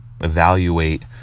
evaluate